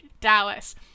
Dallas